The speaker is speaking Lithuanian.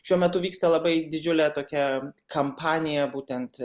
šiuo metu vyksta labai didžiulė tokia kampanija būtent